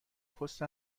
پست